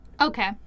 Okay